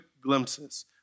glimpses